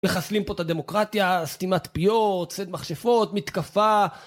וחסלים פה את הדמוקרטיה, סתימת פיות, סד מחשפות, מתקפה